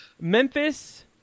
Memphis